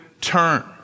turn